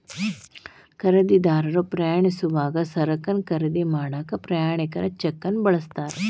ಖರೇದಿದಾರರು ಪ್ರಯಾಣಿಸೋವಾಗ ಸರಕನ್ನ ಖರೇದಿ ಮಾಡಾಕ ಪ್ರಯಾಣಿಕರ ಚೆಕ್ನ ಬಳಸ್ತಾರ